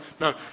No